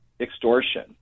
extortion